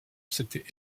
s’était